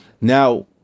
Now